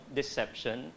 deception